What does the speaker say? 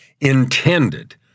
intended